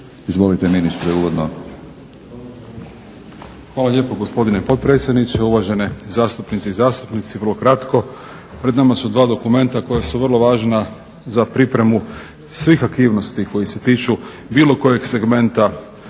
Izvolite ministre uvodno.